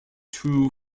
two